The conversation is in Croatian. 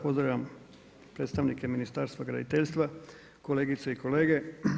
Pozdravljam predstavnike Ministarstva graditeljstva, kolegice i kolege.